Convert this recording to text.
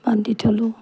বান্ধি থ'লোঁ